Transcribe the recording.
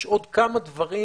יש עוד כמה דברים